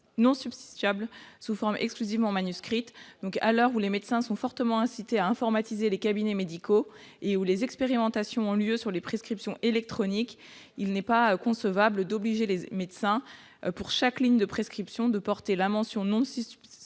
non substituable » sous forme exclusivement manuscrite. À l'heure où les médecins sont fortement incités à informatiser les cabinets médicaux et où des expérimentations ont lieu sur les prescriptions électroniques, il n'est pas concevable d'obliger les médecins, pour chaque ligne de prescription, à porter la mention « non substituable